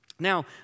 Now